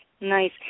nice